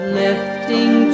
lifting